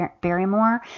Barrymore